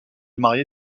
marié